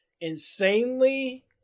insanely